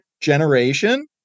generation